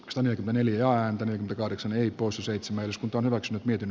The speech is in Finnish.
oksanen meni elio antonio kahdeksan ei poistu seitsemän osku torwet wetin